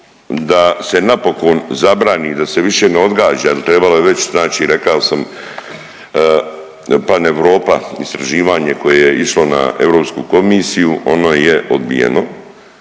da se napokon zabrani i da se više ne odgađa jel trebalo je već znači rekao sam Paneuropa istraživanje koje je išlo na Europsku komisiju ono je odbijeno